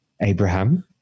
Abraham